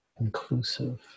inclusive